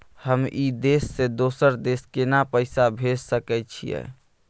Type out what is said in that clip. हम ई देश से दोसर देश केना पैसा भेज सके छिए?